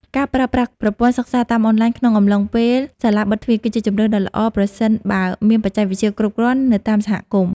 ការប្រើប្រាស់ប្រព័ន្ធសិក្សាតាមអនឡាញក្នុងអំឡុងពេលសាលាបិទទ្វារ គឺជាជម្រើសដ៏ល្អប្រសិនបើមានបច្ចេកវិទ្យាគ្រប់គ្រាន់នៅតាមសហគមន៍។